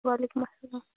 وعلیکُم اسلام